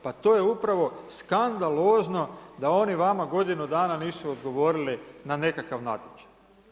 Pa to je upravo skandalozno da oni vama godinu dana nisu odgovorili na nekakav natječaj.